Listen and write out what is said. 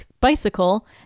bicycle